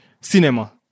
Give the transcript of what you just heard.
cinema